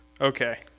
okay